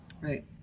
right